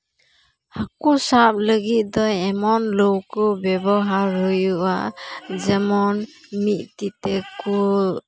ᱦᱟ ᱠᱩ ᱥᱟᱵ ᱞᱟᱹᱜᱤᱫ ᱫᱚ ᱮᱢᱚᱱ ᱞᱟᱹᱣᱠᱟᱹ ᱵᱮᱵᱚᱦᱟᱨ ᱦᱩᱭᱩᱜᱼᱟ ᱡᱮᱢᱚᱱ ᱢᱤᱫ ᱛᱤᱛᱮ ᱠᱩ